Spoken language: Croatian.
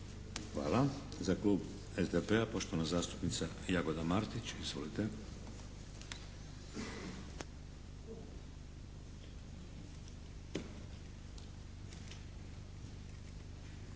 Hvala. Za klub SDP-a, poštovana zastupnica Jagoda Martić, izvolite.